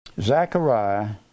Zechariah